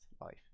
life